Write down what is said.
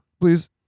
please